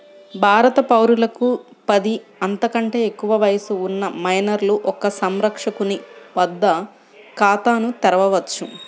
భారత పౌరులకు పది, అంతకంటే ఎక్కువ వయస్సు ఉన్న మైనర్లు ఒక సంరక్షకుని వద్ద ఖాతాను తెరవవచ్చు